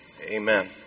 Amen